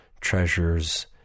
treasures